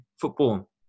football